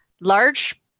large